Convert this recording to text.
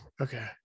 okay